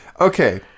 Okay